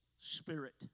spirit